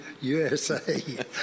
USA